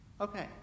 Okay